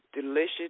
Delicious